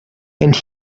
and